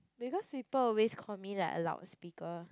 because people always call me like a loud speaker